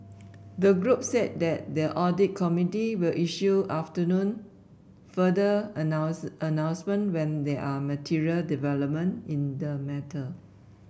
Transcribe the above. the group said that the audit committee will issue afternoon further announce announcement when there are material development in the matter